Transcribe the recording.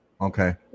Okay